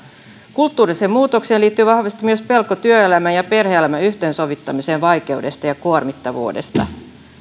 kulttuuriseen muutokseen liittyy vahvasti myös pelko työelämän ja perhe elämän yhteensovittamisen vaikeudesta ja kuormittavuudesta